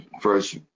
first